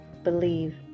believe